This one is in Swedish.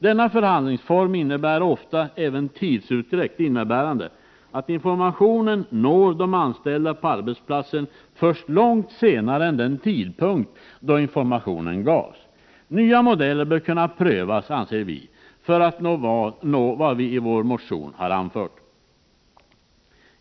Denna förhandlingsform innebär ofta även tidsutdräkt, innebärande att informationen når de anställda på arbetsplatsen först långt senare än den tidpunkt då informationen gavs. Nya modeller bör kunna prövas för att nå vad vi i vår motion har tagit upp.